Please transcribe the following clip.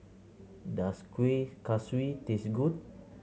does Kuih Kaswi taste good